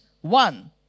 one